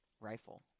rifle